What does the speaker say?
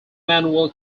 manuel